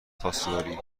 خواستگاری